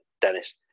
Dennis